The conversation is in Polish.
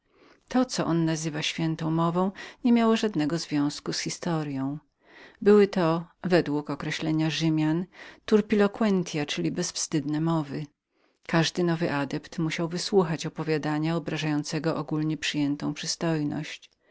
to co on nazywa świętą mową nie miało żadnej styczności z historyą były to jak rzymianie nazywali turpi loquentia czyli bezwstydne mowy każdy nowy adept zwykle musi wysłuchać opowiadania obrażającego ogólnie przyjętą przystojność